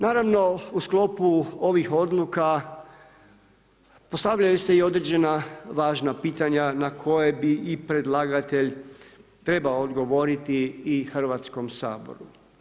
Naravno u sklopu ovih odluka postavljaju se i određena važna pitanja na koje bi i predlagatelj trebao odgovoriti Hrvatskom saboru.